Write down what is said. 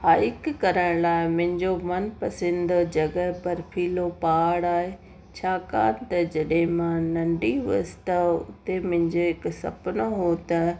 hike करण लाइ मुंहिंजो मनपसंदि जॻहि बर्फ़ीलो पहाड़ आहे छाकाणि त जॾहिं मां नंढी हुअसि त हुते मुंहिंजो हिकु सुपिनो हो त